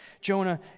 Jonah